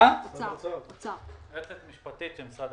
היועצת המשפטית של משרד